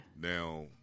Now